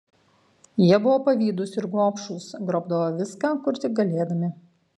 jie buvo pavydūs ir gobšūs grobdavo viską kur tik galėdami